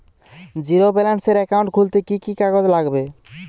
Zero ব্যালেন্সের account খুলতে কি কি কাগজ লাগবে?